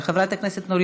חבר הכנסת טלב אבו עראר,